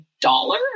dollar